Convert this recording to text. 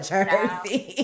Jersey